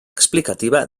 explicativa